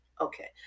Okay